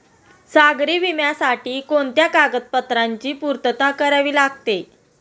सागरी विम्यासाठी कोणत्या कागदपत्रांची पूर्तता करावी लागते?